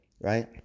right